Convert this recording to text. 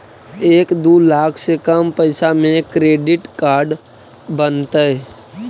एक दू लाख से कम पैसा में क्रेडिट कार्ड बनतैय?